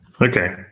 Okay